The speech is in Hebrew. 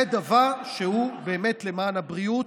זה דבר שהוא באמת למען הבריאות,